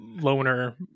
Loner